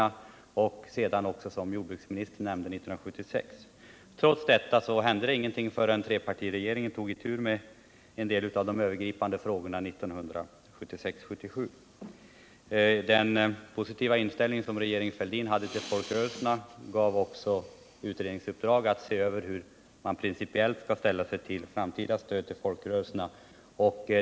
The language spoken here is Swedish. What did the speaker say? Trots detta hände det ingenting förrän trepartiregeringen 1976 och 1977 tog itu med vissa av de övergripande frågorna. Den Fälldinska regeringens positiva inställning till folkrörelserna visade sig också i att en utredning fick i uppdrag att se över hur man principiellt skall ställa sig till framtida stöd till folkrörelserna.